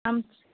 आम